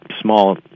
small